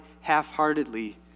half-heartedly